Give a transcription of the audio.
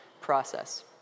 process